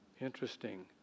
Interesting